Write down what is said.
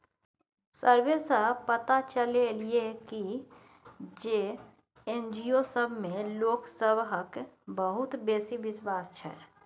survey सँ पता चलले ये की जे एन.जी.ओ सब मे लोक सबहक बहुत बेसी बिश्वास छै